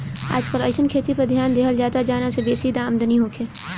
आजकल अइसन खेती पर ध्यान देहल जाता जवना से बेसी आमदनी होखे